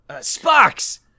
Sparks